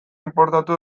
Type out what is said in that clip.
inportatu